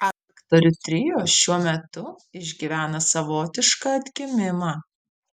aktorių trio šiuo metu išgyvena savotišką atgimimą